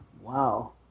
Wow